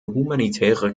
humanitäre